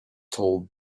told